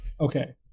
Okay